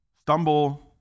Stumble